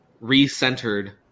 re-centered